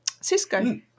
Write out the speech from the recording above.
cisco